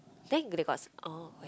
then they got s~ oh okay